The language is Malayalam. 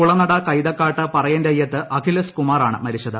കുളനട കൈതക്കാട്ട് പറയന്റയ്യത്ത് അഖിൽ എസ് കുമാർ ആണ് മരിച്ചത്